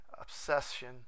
obsession